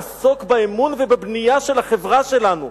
בואו נעסוק באמון ובבנייה של החברה שלנו.